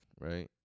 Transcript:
right